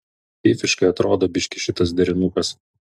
fyfiškai atrodo biškį šitas derinukas